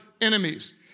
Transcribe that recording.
enemies